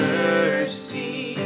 mercy